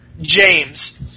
James